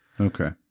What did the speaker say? Okay